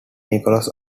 nicolas